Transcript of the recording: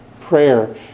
prayer